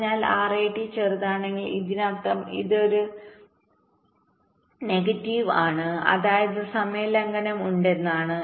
എന്നാൽ RAT ചെറുതാണെങ്കിൽ ഇതിനർത്ഥം ഇത് നെഗറ്റീവ് ആണ് അതായത് സമയ ലംഘനം ഉണ്ടെന്നാണ്